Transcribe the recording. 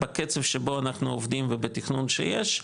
בקצב שבו אנחנו עובדים ובתכנון שיש,